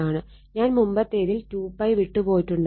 ഞാൻ മുമ്പത്തേതിൽ 2π വിട്ട് പോയിട്ടുണ്ടായിരുന്നു